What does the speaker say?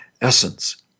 essence